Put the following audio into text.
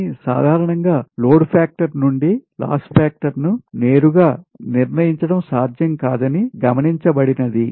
కానీ సాధారణం గా లోడ్ ఫాక్టర్ నుండి లాస్ ఫాక్టర్ ను నేరుగా నిర్ణయించడం సాధ్యం కాదని గమనించబడింది